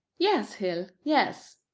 yes, hill, yes.